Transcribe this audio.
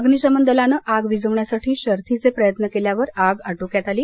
अग्निशमन दलान आग विझवण्यासाठी शर्थीचे प्रयत्न केल्यावर आग आटोक्यात आली